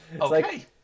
okay